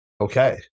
Okay